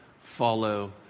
follow